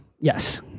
Yes